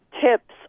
tips